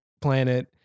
planet